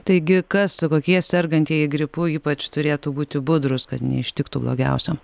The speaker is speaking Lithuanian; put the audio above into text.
taigi kas kokie sergantieji gripu ypač turėtų būti budrūs kad neištiktų blogiausia